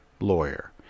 lawyer